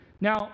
Now